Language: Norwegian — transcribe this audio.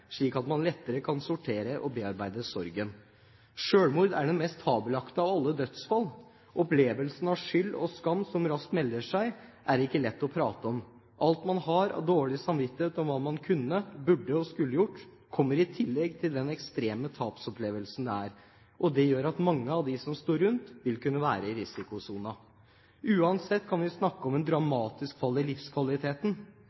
slik at man lettere kan sortere og bearbeide sorgen. Selvmord er den mest tabubelagte av alle typer dødsfall. Opplevelsen av skyld og skam som raskt melder seg, er det ikke lett å prate om. Alt man har av dårlig samvittighet om hva man kunne, burde og skulle gjort, kommer i tillegg til den ekstreme tapsopplevelsen det er. Det gjør at mange av dem som står rundt, vil kunne være i risikosonen. Uansett kan vi snakke om et dramatisk fall i livskvaliteten. Her gjør frivillige organisasjoner en